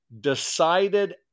decided